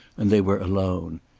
and they were alone.